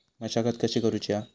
मशागत कशी करूची हा?